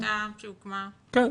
עמותה שהוקמה --- כן.